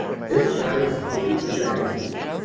this virus will be eradicated.